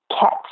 cat